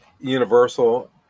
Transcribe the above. universal